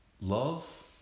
love